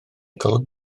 golwg